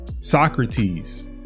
Socrates